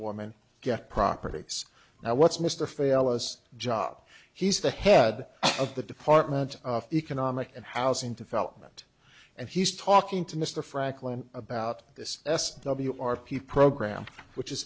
woman get properties now what's mr fail us job he's the head of the department of economic and housing development and he's talking to mr franklin about this s w r p program which is